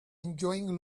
enjoying